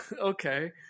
okay